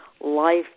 life